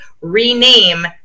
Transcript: rename